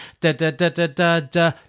da-da-da-da-da-da